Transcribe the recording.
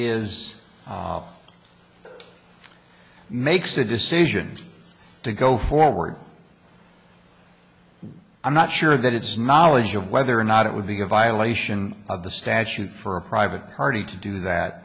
is makes the decision to go forward i'm not sure that it's knowledge of whether or not it would be a violation of the statute for a private party to do that